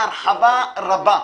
עסקנו בזה בהרחבה רבה.